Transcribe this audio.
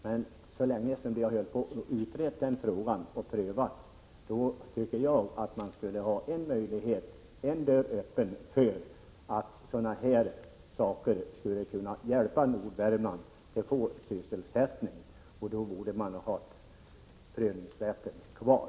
Men man har utrett och prövat den frågan så länge att jag tycker att man skulle ha en dörr öppen för att sådana här metoder skulle kunna hjälpa norra Värmland att få sysselsättning. Då borde man ha prövningsrätten kvar.